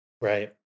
Right